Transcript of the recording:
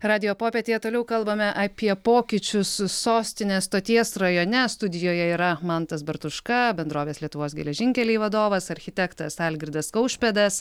radijo popietėje toliau kalbame apie pokyčius sostinės stoties rajone studijoje yra mantas bartuška bendrovės lietuvos geležinkeliai vadovas architektas algirdas kaušpėdas